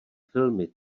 filmy